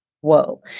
whoa